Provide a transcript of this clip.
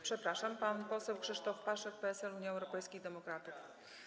Przepraszam, pan poseł Krzysztof Paszyk, PSL - Unia Europejskich Demokratów.